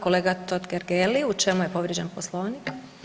Kolega Totgergeli u čemu je povrijeđen Poslovnik?